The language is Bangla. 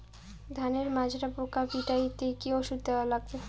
ধানের মাজরা পোকা পিটাইতে কি ওষুধ দেওয়া লাগবে?